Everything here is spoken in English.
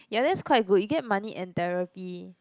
ya that's quite good you get money and therapy